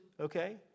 okay